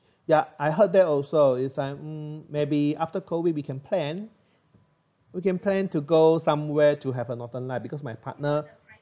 ya I heard that also is like um maybe after COVID we can plan we can plan to go somewhere to have a northern light because my partner